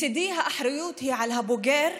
מצידי, האחריות היא על הבוגר,